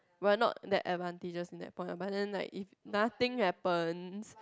we're not that advantages in that point but if nothing happens